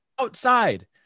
Outside